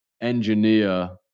engineer